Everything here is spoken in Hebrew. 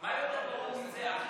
מה יותר ברור מזה?